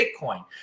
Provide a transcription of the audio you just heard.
Bitcoin